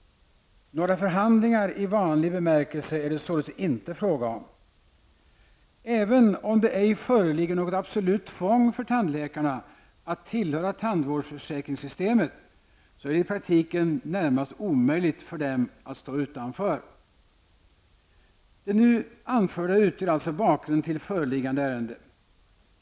Några förhandlingar i vanlig bemärkelse är det således inte fråga om. Även om det ej föreligger något absolut tvång för tandläkarna att tillhöra tandvårdsförsäkringssystemet, så är det i praktiken närmast omöjligt för dem att stå utanför. Det nu anförda utgör alltså bakgrunden till föreliggande ärende.